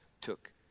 took